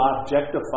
objectify